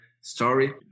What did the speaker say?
story